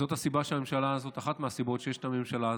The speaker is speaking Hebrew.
זו אחת הסיבות שיש את הממשלה הזאת,